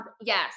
Yes